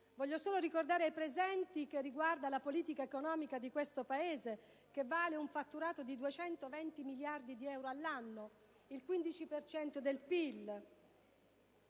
Voglio solo ricordare ai presenti che esso riguarda la politica economica del Paese, che vale un fatturato di 220 miliardi di euro all'anno (il 15 per